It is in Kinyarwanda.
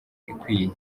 ikwiye